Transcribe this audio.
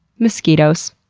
mosquitos,